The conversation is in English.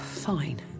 Fine